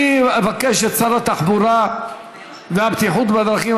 אני אבקש את שר התחבורה והבטיחות בדרכים,